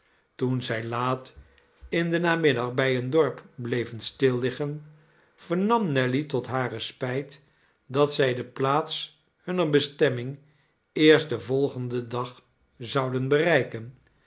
toen zij laat in den namiddag bij een dorp bleven stilliggen vernam nelly tot hare spijt dat zij de plaats hunner bestemming eerst den volgenden dag zouden bereiken